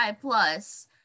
plus